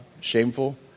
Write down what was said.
shameful